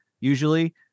usually